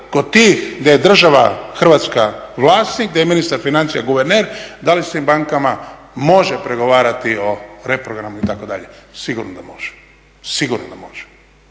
kod tih gdje je država Hrvatska vlasnik da je ministar financija guverner da li se s tim bankama može pregovarati o reprogramu itd.? Sigurno da može. A isto tako